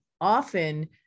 often